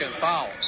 foul